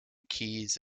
keys